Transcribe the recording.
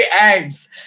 ads